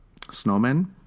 snowmen